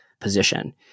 position